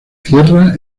tierra